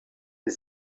des